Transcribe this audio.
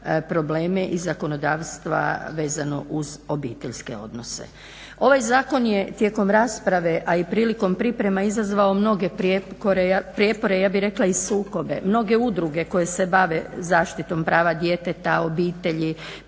probleme i zakonodavstva vezano uz obiteljske odnose. Ovaj zakon je tijekom rasprave, a i prilikom priprema izazvao mnoge prijepore, ja bih rekla i sukobe. Mnoge udruge koje se bave zaštitom prava djeteta, obitelji,